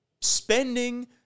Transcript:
spending